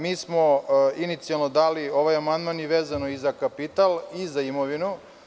Mi smo inicijalno dali ovaj amandman i vezano za kapital, ali i za imovinu.